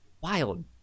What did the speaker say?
wild